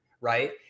Right